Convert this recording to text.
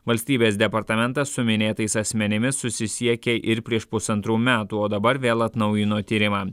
valstybės departamentas su minėtais asmenimis susisiekė ir prieš pusantrų metų o dabar vėl atnaujino tyrimą